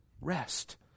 rest